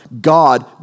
God